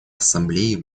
ассамблеи